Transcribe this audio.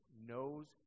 Knows